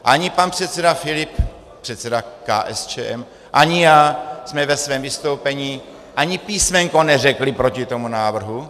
Ani pan předseda Filip, předseda KSČM, ani já jsme ve svém vystoupení ani písmenko neřekli proti tomu návrhu.